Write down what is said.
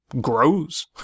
grows